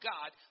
God